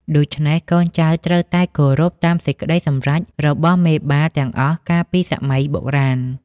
ដូច្នេះ កូនចៅត្រូវតែគោរពតាមសេចក្តីសម្រេចរបស់មេបាទាំងអស់កាលពីសម័យបុរាណ។